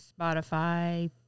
Spotify